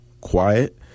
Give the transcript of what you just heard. quiet